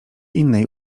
innej